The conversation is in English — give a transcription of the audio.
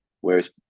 whereas